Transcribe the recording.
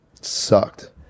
sucked